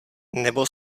nebo